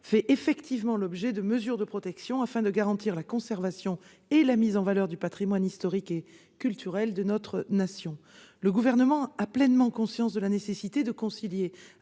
fait effectivement l'objet de mesures de protection, afin de garantir la conservation et la mise en valeur du patrimoine historique et culturel de notre nation. Le Gouvernement a pleinement conscience de la nécessité de concilier